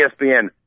ESPN